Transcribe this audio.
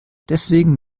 deswegen